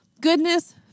goodness